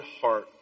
heart